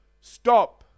Stop